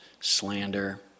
slander